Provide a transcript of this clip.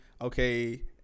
Okay